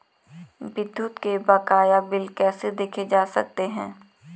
विद्युत के बकाया बिल कैसे देखे जा सकते हैं?